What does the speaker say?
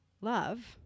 love